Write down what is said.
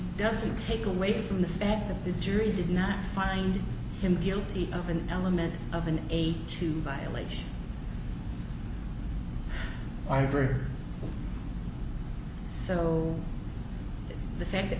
doesn't take away from the fact that the jury did not find him guilty of an element of an eight to mileage i agree so the fact that